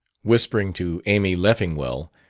whispering to amy leffingwell,